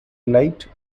light